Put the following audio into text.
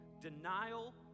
Denial